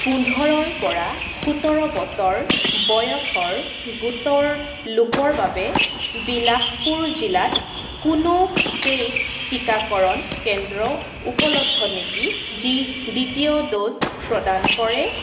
পোন্ধৰৰ পৰা সোতৰ বছৰ বয়সৰ গোটৰ লোকৰ বাবে বিলাসপুৰ জিলাত কোনো পেইড টিকাকৰণ কেন্দ্ৰ উপলব্ধ নেকি যি দ্বিতীয় ড'জ প্ৰদান কৰে